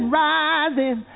rising